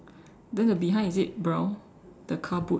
then the behind is it brown the car boot